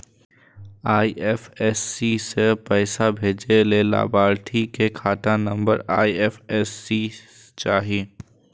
IFSC सं पैसा भेजै लेल लाभार्थी के खाता नंबर आ आई.एफ.एस.सी चाही